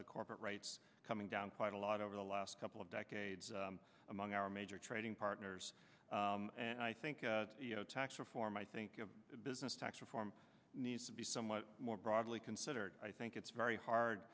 the corporate rights coming down quite a lot over the last couple of decades among our major trading partners and i think you know tax reform i think of business tax reform needs to be somewhat more broadly considered i think it's very hard